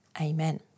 amen